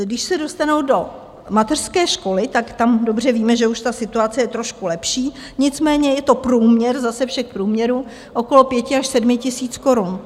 Když se dostanou do mateřské školy, tam dobře víme, že už ta situace je trošku lepší, nicméně je to průměr zase všech průměrů okolo 5 až 7 tisíc korun.